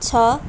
छ